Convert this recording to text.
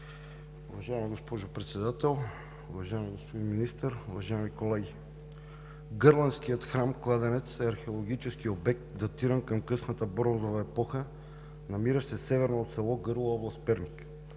Уважаема госпожо Председател, уважаеми господин Министър, уважаеми колеги! Гърленският храм-кладенец е археологически обект, датиран към късната бронзова епоха, намиращ се северно от село Гърло, област Перник.